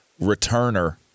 returner